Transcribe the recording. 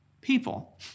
People